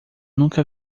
nunca